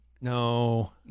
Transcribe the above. No